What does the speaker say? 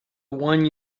one